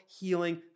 healing